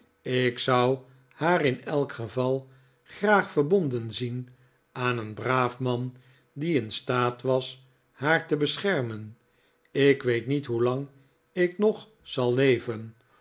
ik zou haar in elk geval graap verbonden zien aan een braaf man die in staat was haar te beschermen ik weet niet hoelang ik nog zal leven